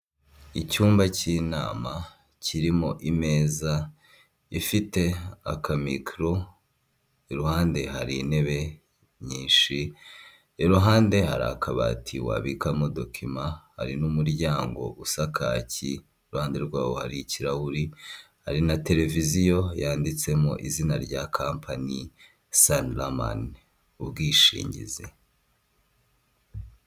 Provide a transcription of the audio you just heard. Icyumba k'inama kirimo imeza ifite akamikoro, iruhande hari intebe nyinshi, iruhande hari akabati wabikamo dokima, hari n'umuryango usa ku ruhande rwaho hari ikirahuri hari na tereviziyo yanditsemo izina rya kampani saniramu ubwishingizi.